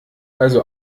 also